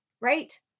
right